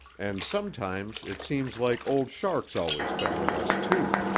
and sometimes it seems like old shark's always been with us, too.